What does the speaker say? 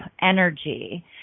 energy